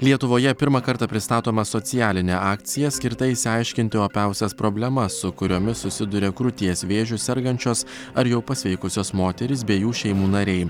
lietuvoje pirmą kartą pristatoma socialinė akcija skirta išsiaiškinti opiausias problemas su kuriomis susiduria krūties vėžiu sergančios ar jau pasveikusios moterys bei jų šeimų nariai